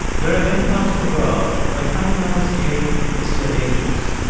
there are many parts of the world where coming out as gay is still dangerous.